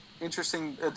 interesting